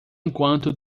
enquanto